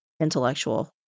intellectual